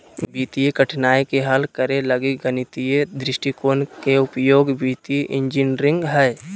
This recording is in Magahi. वित्तीय कठिनाइ के हल करे लगी गणितीय दृष्टिकोण के उपयोग वित्तीय इंजीनियरिंग हइ